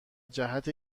جهت